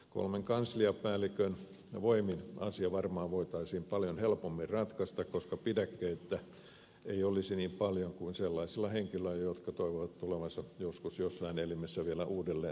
kolmen kansliapäällikön voimin asia varmaan voitaisiin paljon helpommin ratkaista koska pidäkkeitä ei olisi niin paljon kuin sellaisilla henkilöillä jotka toivovat tulevansa joskus jossain elimessä vielä uudelleen valituiksi